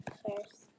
first